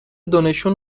دونشون